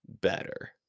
better